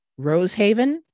rosehaven